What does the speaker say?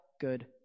good